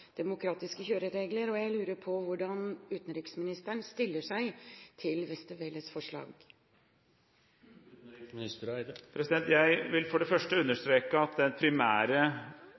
demokratiske kjøreregler, og jeg lurer på hvordan utenriksministeren stiller seg til Westervelles forslag. Jeg vil for det første understreke at den primære